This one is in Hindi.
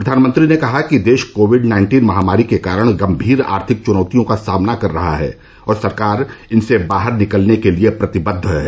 प्रधानमंत्री ने कहा कि देश कोविड नाइन्टीन महामारी के कारण गंभीर आर्थिक चुनौतियों का सामना कर रहा है और सरकार इनसे बाहर निकलने के लिए प्रतिबद्ध है